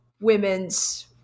women's